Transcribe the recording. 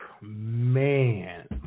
man